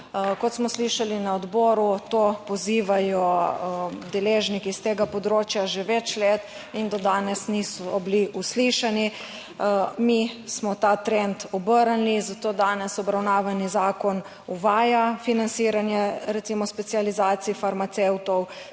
Kot smo slišali na odboru, to pozivajo deležniki s tega področja že več let in do danes niso bili uslišani. Mi smo ta trend obrnili, zato danes obravnavani zakon uvaja financiranje, recimo, specializacij farmacevtov,